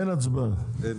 אין הצבעה,